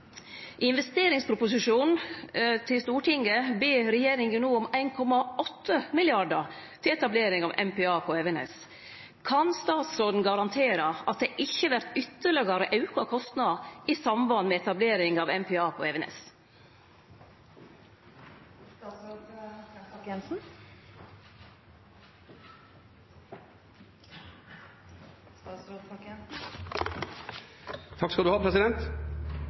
til Stortinget ber regjeringa no om 1,8 mrd. kr til etablering av MPA på Evenes. Kan statsråden garantere at det ikkje vert ytterlegare auka kostnader i samband med etablering av MPA på Evenes?